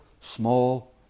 small